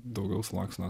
daugiau sluoksnių